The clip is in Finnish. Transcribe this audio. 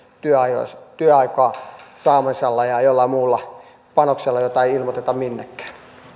työajan saamisilla ja joillain muilla panoksilla joita ei ilmoiteta minnekään